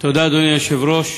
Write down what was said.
אדוני היושב-ראש,